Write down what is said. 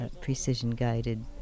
precision-guided